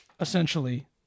essentially